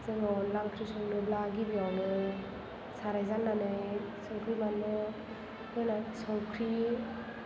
जों अनला ओंख्रि संनोब्ला गिबियावनो साराय जाननानै संख्रि बानलु होना संख्रि